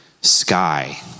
sky